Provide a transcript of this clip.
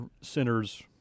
Center's